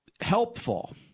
helpful